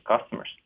customers